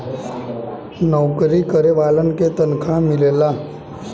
नऊकरी करे वालन के तनखा मिलला